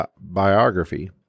biography